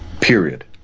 period